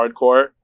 hardcore